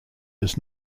does